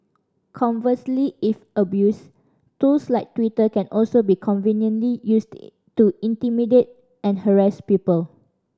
conversely if abused tools like Twitter can also be conveniently used to intimidate and harass people